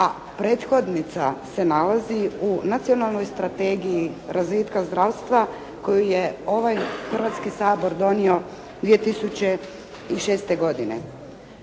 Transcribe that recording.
a prethodnica se nalazi u Nacionalnoj strategiji razvitka zdravstva koju je ovaj Hrvatski sabor donio 2006. godine.